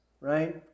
right